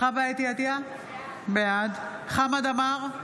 חוה אתי עטייה, בעד חמד עמאר,